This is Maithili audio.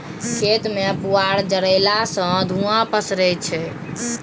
खेत मे पुआर जरएला सँ धुंआ पसरय छै